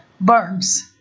burns